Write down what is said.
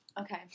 Okay